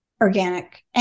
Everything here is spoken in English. Organic